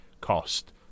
cost